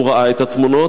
והוא ראה את התמונות.